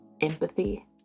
empathy